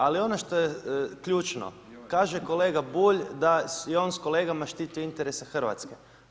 Ali, ono što je ključno, kaže, kolega Bulj, da je on s kolegama štitio interese Hrvatske.